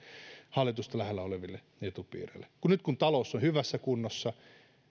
hallitusta lähellä oleville etupiireille nyt kun talous on hyvässä kunnossa